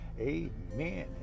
amen